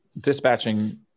dispatching